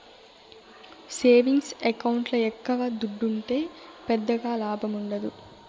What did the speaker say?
savings ఎకౌంట్ల ఎక్కవ దుడ్డుంటే పెద్దగా లాభముండదు